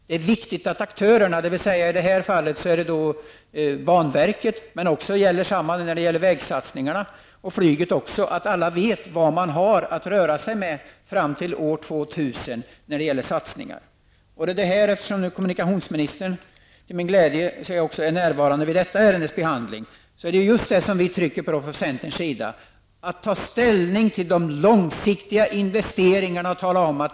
Det är viktigt att aktörerna, i det här fallet de som svarar för satsningarna på järnvägen, och även flyget, vet vad de har att röra sig med fram till år 2000. Det är med glädje som jag noterar att kommunikationsministern är närvarande här i kammaren också vid behandlingen av detta ärende. Vad vi i centern trycker på är just att det är viktigt att ta ställning till de långsiktiga investeringarna och att besked ges.